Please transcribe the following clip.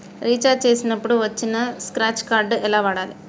Recharge చేసినప్పుడు వచ్చిన scratch card ఎలా వాడాలి?